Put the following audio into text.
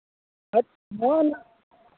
ᱦᱮᱸ ᱦᱳᱭ ᱚᱱᱟ